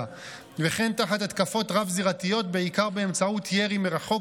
וכן תחת התקפות רב-זירתיות בעיקר באמצעות ירי מרחוק,